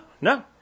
No